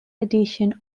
edition